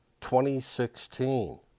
2016